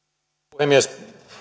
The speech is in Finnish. puhemies